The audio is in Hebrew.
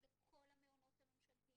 בכל המעונות הממשלתיים.